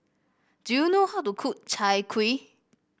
do you know how to cook Chai Kuih